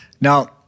Now